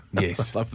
Yes